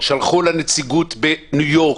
שלחו לנציגות בניו-יורק,